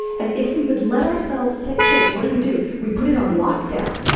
and if we would let ourselves shake what do we do? we put it on lockdown,